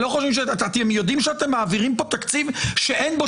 אתם יודעים שאתם מעבירים פה תקציב שאין בו